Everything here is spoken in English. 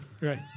Right